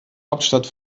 hauptstadt